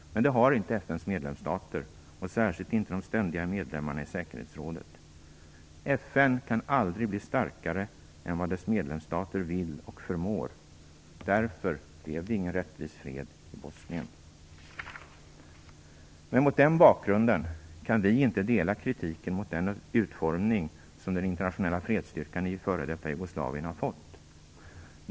Men det har inte FN:s medlemsstater, och särskilt inte de ständiga medlemmarna i säkerhetsrådet. FN kan aldrig bli starkare än vad dess medlemsstater vill och förmår. Därför blev det ingen rättvis fred i Bosnien. Mot den bakgrunden kan vi dock inte dela kritiken mot den utformning som den internationella fredsstyrkan i före detta Jugoslavien har fått.